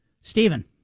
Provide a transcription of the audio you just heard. Stephen